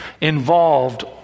involved